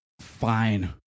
fine